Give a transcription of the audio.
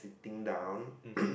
sitting down